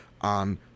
on